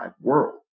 world